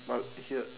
but he uh